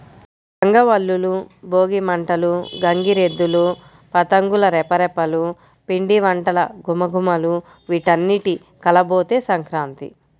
రంగవల్లులు, భోగి మంటలు, గంగిరెద్దులు, పతంగుల రెపరెపలు, పిండివంటల ఘుమఘుమలు వీటన్నింటి కలబోతే సంక్రాంతి